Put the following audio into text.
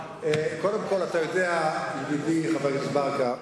אתה יודע, ידידי חבר הכנסת ברכה,